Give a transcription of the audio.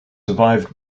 survived